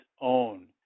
own